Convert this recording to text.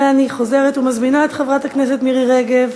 אני חוזרת ומזמינה את חברת הכנסת מירי רגב,